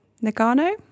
Nagano